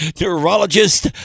neurologist